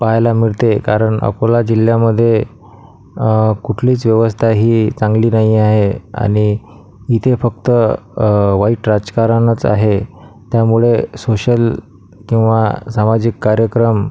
पहायला मिळते कारण अकोला जिल्ह्यामध्ये कुठलीच व्यवस्था ही चांगली नाही आहे आणि इथे फक्त वाईट राजकारणचं आहे त्यामुळे सोशल किंवा सामाजिक कार्यक्रम